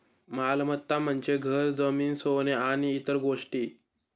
मालमत्ता म्हणजे घर, जमीन, सोने आणि इतर गोष्टी